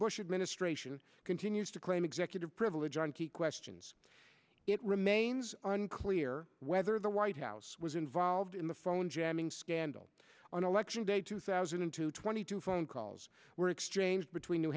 bush administration continues to claim executive privilege on key questions it remains unclear whether the white house was involved in the phone jamming scandal on election day two thousand and two twenty two phone calls were exchanged between new